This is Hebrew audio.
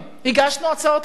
הגשנו הצעות חוק: